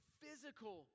physical